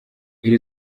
iri